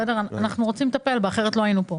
אנחנו רוצים לטפל בה, אחרת לא היינו פה,